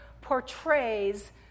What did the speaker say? portrays